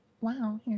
wow